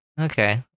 okay